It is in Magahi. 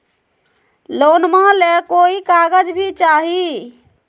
लोनमा ले कोई कागज भी चाही?